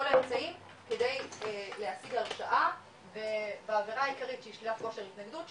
כל האמצעים כדי להשיג הרשעה בעבירה העיקרית שהיא כושר ההתנגדות,